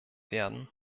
sein